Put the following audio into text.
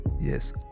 yes